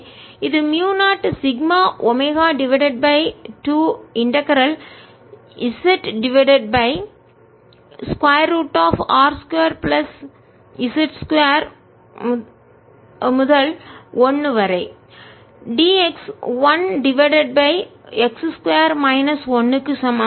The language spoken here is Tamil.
0σωz2 ZR2z21d1x2 1 0σωz2 1 R2z2z 1zR2z2 0σωz2 R22z2zR2z2 2z எனவே இது mu 0 sigma omega divided by 2 integral ஒருங்கிணைப்பின் z divided by square root of R 2 plus z 2 முதல் 1 வரை dx 1 divided by x 2 minus 1 க்கு சமம்